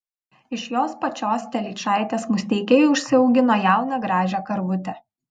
iš jos pačios telyčaitės musteikiai užsiaugino jauną gražią karvutę